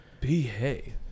behave